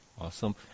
Awesome